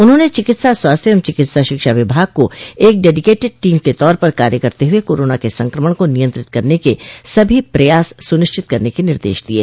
उन्होंने चिकित्सा स्वास्थ्य तथा चिकित्सा शिक्षा विभाग को एक डेडिकेटेड टीम के तौर पर कार्य करते हुए कोरोना के संक्रमण को नियंत्रित करने के सभी प्रयास सुनिश्चित करने के निर्देश दिये